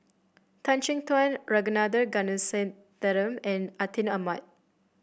Tan Chin Tuan Ragunathar Kanagasuntheram and Atin Amat